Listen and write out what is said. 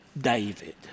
David